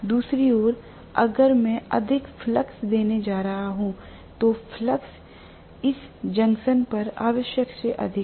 दूसरी ओर अगर मैं अधिक फ्लक्स देने जा रहा हूं तो फ्लक्स इस जंक्शन पर आवश्यक से अधिक है